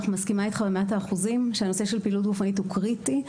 אני מסכימה איתך במאת האחוזים שנושא פעילות גופנית הוא קריטי.